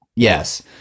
Yes